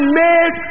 made